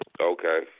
Okay